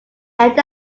end